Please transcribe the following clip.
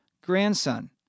grandson